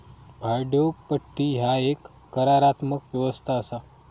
भाड्योपट्टी ह्या एक करारात्मक व्यवस्था असा